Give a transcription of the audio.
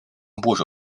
部首